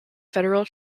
federal